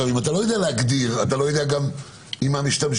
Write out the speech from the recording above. אם אתה לא יודע להגדיר אתה לא יודע גם עם מה משתמשים,